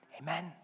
Amen